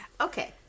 Okay